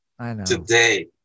today